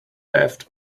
left